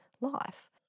life